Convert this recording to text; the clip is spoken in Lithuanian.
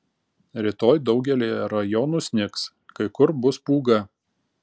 rytoj daugelyje rajonų snigs kai kur bus pūga